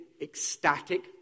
ecstatic